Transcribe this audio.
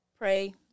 pray